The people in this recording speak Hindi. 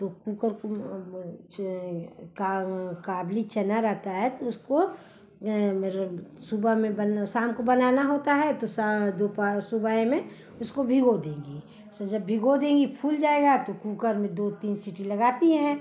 तो कुकर को का काबुली चना रहता है तो उसको मेरा सुबह में बन शाम को बनाना होता है तो दोपहर सुबह में उसको भिगो देंगी सो जब भिगो देंगी फूल जाएगा तो कुकर में दो तीन सीटी लगाती हैं